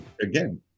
again